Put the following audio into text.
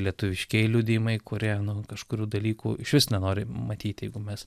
lietuviškieji liudijimai kurie nu kažkurių dalykų išvis nenori matyti jeigu mes